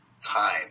time